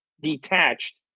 detached